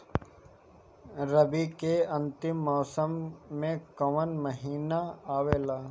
रवी के अंतिम मौसम में कौन महीना आवेला?